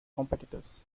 competitors